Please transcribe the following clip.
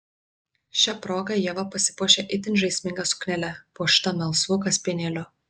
šia proga ieva pasipuošė itin žaisminga suknele puošta melsvu kaspinėliu